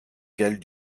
galles